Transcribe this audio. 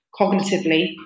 cognitively